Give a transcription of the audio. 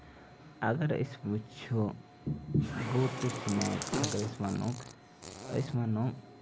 اَگر أسۍ وُچھو گوٹٔس سِنیکٕس اَگر أسۍ وَنو أسۍ وَنو